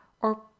Or